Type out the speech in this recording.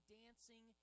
dancing